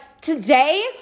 today